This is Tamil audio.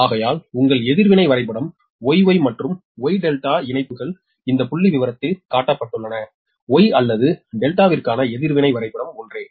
ஆகையால் உங்கள் எதிர்வினை வரைபடம் Y Y மற்றும் Y Δ இணைப்புகள் இந்த புள்ளிவிவரத்தில் காட்டப்பட்டுள்ளன Y அல்லது Δ க்கான எதிர்வினை வரைபடமும் ஒன்றே